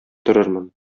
торырмын